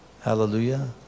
Hallelujah